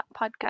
podcast